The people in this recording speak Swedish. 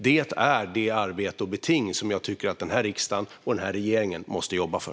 Det är det arbete och det beting som jag tycker att denna riksdag och denna regering måste jobba för.